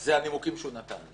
זה הנימוקים שהוא נתן לי.